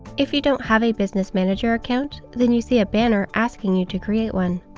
if you don't have a business manager account, then you see a banner asking you to create one.